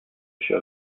issue